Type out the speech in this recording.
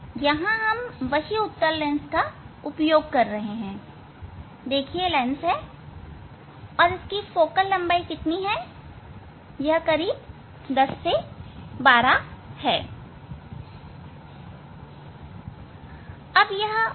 यहां वही उत्तल लेंस हम उपयोग कर रहे हैं इनकी फोकल लंबाई करीब 10 से 12 है